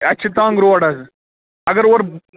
اَتھ چھِ تنٛگ روڈ حظ اگر اورٕ